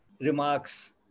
remarks